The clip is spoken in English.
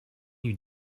you